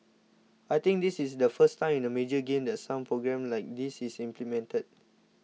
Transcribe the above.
I think this is the first time in a major game that some programme like this is implemented